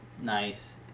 nice